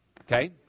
Okay